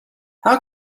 how